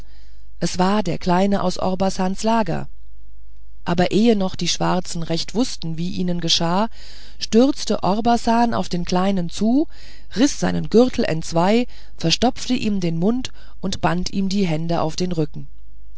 es war der kleine aus orbasans lager aber ehe noch die schwarzen recht wußten wie ihnen geschah stürzte orbasan auf den kleinen zu riß seinen gürtel entzwei verstopfte ihm den mund und band ihm die hände auf den rücken